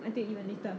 until even later